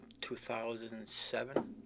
2007